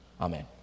Amen